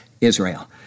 Israel